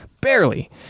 Barely